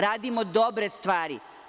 Radimo dobre stvari.